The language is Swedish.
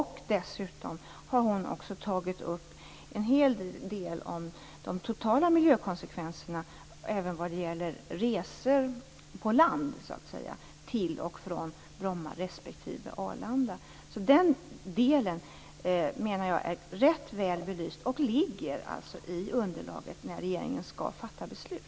Hon har dessutom tagit upp en hel del av de totala miljökonsekvenserna även vad det gäller resor på land, så att säga, till och från Bromma respektive Arlanda. Den delen, menar jag, är rätt väl belyst och ligger i underlaget när regeringen skall fatta beslut.